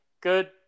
good